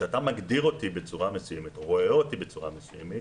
כשאתה מגדיר אותי בצורה מסוימת או רואה אותי בצורה מסוימת,